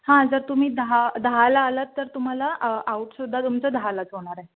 हां जर तुम्ही दहा दहाला आलात तर तुम्हाला आउटसुद्धा तुमचं दहालाच होणार आहे